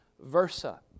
versa